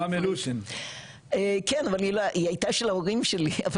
אבל כל היא הייתה של ההורים שלי.